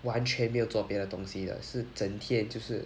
完全没有做别的东西的是整天就是